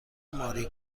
ماری